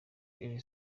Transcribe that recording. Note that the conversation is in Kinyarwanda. iri